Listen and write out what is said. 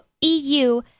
EU